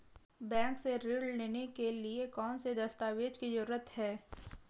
Bank से ऋण लेने के लिए कौन से दस्तावेज की जरूरत है?